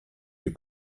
your